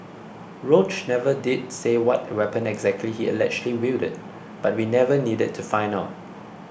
Roach never did say what weapon exactly he allegedly wielded but we never needed to find out